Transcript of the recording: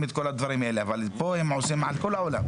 את כל הדברים האלה אבל כאן הם מחילים את זה על כל העולם.